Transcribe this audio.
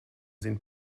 sind